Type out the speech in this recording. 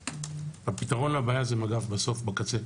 הפיתרון לבעיה זה מג"ב, בסוף בקצה.